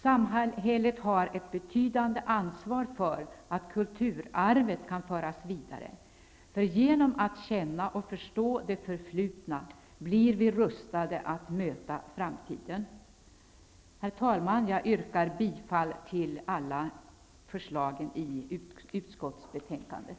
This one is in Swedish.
Samhället har ett betydande ansvar för att kulturarvet kan föras vidare. Genom att känna och förstå det förflutna blir vi rustade att möta framtiden. Herr talman! Jag yrkar bifall till hemställan i utskottsbetänkandet.